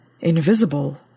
invisible